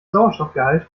sauerstoffgehalt